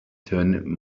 turn